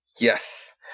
Yes